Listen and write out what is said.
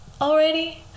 already